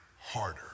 harder